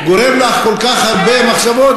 והוא גורם לך כל כך הרבה מחשבות,